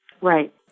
Right